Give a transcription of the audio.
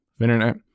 internet